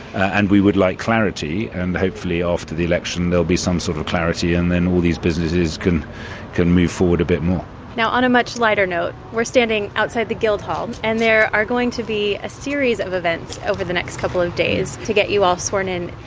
and we would like clarity, and hopefully after the election there'll be some sort of clarity and then all these businesses can can move forward a bit more craig now, on a much lighter note, we're standing outside guildhall and there are going to be a series of events over the next couple of days to get you all sworn in.